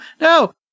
no